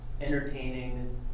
entertaining